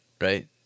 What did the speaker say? right